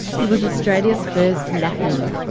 it was australia's first nap-in.